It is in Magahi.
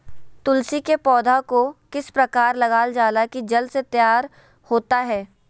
तुलसी के पौधा को किस प्रकार लगालजाला की जल्द से तैयार होता है?